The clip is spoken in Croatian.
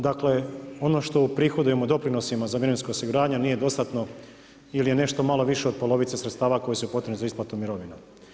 Dakle, ono što uprihodujemo doprinosima za mirovinsko osiguranje nije dostatno ili je nešto malo više od polovice sredstava koji su potrebni za isplatu mirovina.